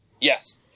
Yes